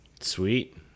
sweet